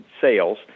sales